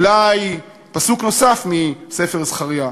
אולי פסוק נוסף מספר ירמיה: